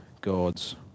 God's